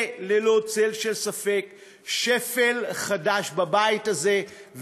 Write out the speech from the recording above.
זה, ללא צל של ספק, שפל חדש בבית הזה.